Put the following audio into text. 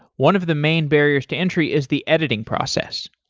one of the main barriers to entry is the editing process.